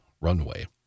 runway